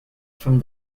from